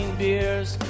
beers